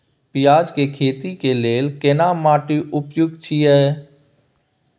पियाज के खेती के लेल केना माटी उपयुक्त छियै?